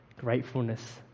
gratefulness